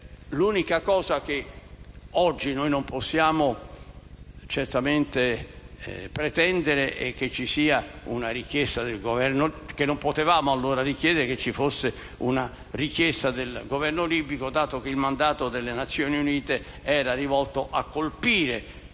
L'unica cosa che nel 2011 non potevamo certo attendere è che ci fosse una richiesta del Governo libico, dato che il mandato delle Nazioni Unite era rivolto a colpire